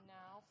now